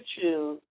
choose